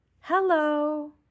Hello